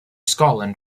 scotland